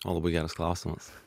labai geras klausimas